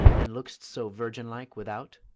and look'st so virgin-like without?